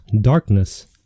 darkness